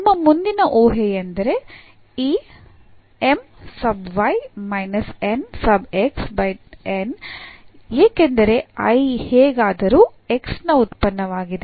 ನಮ್ಮ ಮುಂದಿನ ಊಹೆಯೆಂದರೆ ಈ ಏಕೆಂದರೆ I ಹೇಗಾದರೂ x ನ ಉತ್ಪನ್ನವಾಗಿದೆ